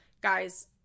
guys